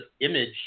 image